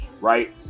right